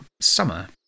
summer